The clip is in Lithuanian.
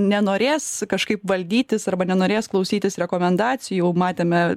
nenorės kažkaip valdytis arba nenorės klausytis rekomendacijų jau matėme